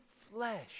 flesh